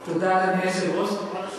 תודה, אדוני היושב-ראש.